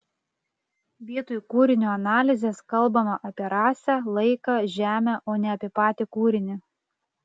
vietoj kūrinio analizės kalbama apie rasę laiką žemę o ne apie patį kūrinį